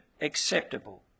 acceptable